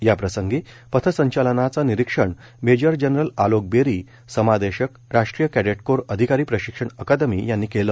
याप्रसंगी पथसंचालनाचं निरीक्षण निरीक्षण मेजर जनरल आलोक बेरी समादेशक राष्ट्रीय कैडेट कोर अधिकारी प्रशिक्षण अकादमी यांनी केलं